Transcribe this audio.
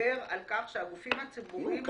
שמדבר על כך שהגופים הציבוריים --- נו,